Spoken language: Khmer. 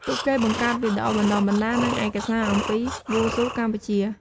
ពួកគេបង្កើតវីដេអូបណ្ដុះបណ្ដាល និងឯកសារអំពីវ៉ូស៊ូកម្ពុជា។